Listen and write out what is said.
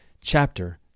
chapter